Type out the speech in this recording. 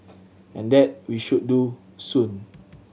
and that we should do soon